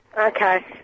Okay